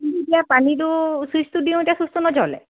কিন্তু এতিয়া পানীটো চুইচটো দিওঁ এতিয়া চুইচটো নজলে